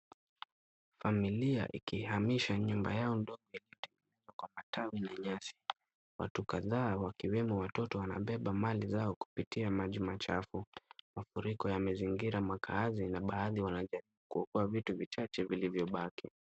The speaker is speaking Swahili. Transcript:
Familia ikihamisha nyumba yao ndogo iliyotengenezwa kwa matawi na nyasi. Watu kadhaa ikiwemo watoto wanabeba mali zao, kupitia maji machafu. Mafuriko yamezingira makaazi na baadhi wanajaribu kuokoa vitu vichache vilivyobaki.